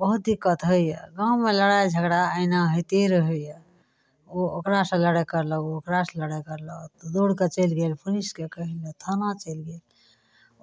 बहुत दिक्कत होइ यऽ गाममे लड़ाइ झगड़ा एहिना होइते रहैए ओ ओकरासे लड़ाइ करलक ओ ओकरासे लड़ाइ करलक दौड़िके चलि गेल पुलिसकेँ कहैलए थाना चलि गेल